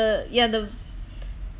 yeah the